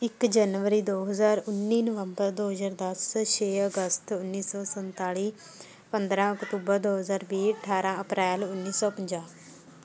ਇੱਕ ਜਨਵਰੀ ਦੋ ਹਜ਼ਾਰ ਉੱਨੀ ਨਵੰਬਰ ਦੋ ਹਜ਼ਾਰ ਦਸ ਛੇ ਅਗਸਤ ਉੱਨੀ ਸੌ ਸੰਤਾਲ਼ੀ ਪੰਦਰ੍ਹਾਂ ਅਕਤੂਬਰ ਦੋ ਹਜ਼ਾਰ ਵੀਹ ਅਠਾਰ੍ਹਾਂ ਅਪ੍ਰੈਲ ਉੱਨੀ ਸੌ ਪੰਜਾਹ